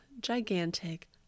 gigantic